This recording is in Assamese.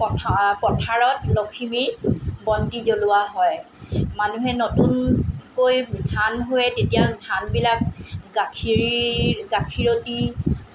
পথাৰ পথাৰত লখিমী বন্তি জ্বলোৱা হয় মানুহে নতুনকৈ ধান ৰোৱে তেতিয়া ধানবিলাক গাখীৰ গাখীৰতী